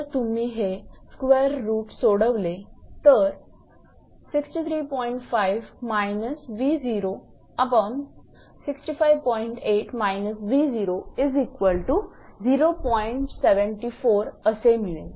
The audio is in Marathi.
जर तुम्ही हे स्क्वेअर रूट सोडवले तर असे मिळेल